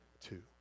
two